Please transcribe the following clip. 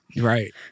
right